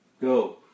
Go